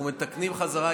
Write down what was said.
אנחנו מתקנים בחזרה,